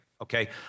Okay